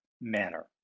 manner